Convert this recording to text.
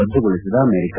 ರದ್ದುಗೊಳಿಸಿದ America